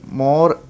more